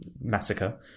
massacre